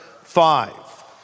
five